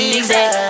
exact